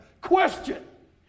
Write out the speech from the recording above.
Question